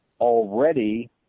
already